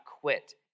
quit